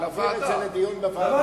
להעביר את זה לוועדה.